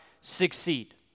succeed